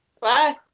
Bye